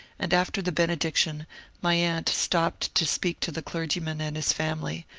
and after the benediction my aunt stopped to speak to the clergyman and his family,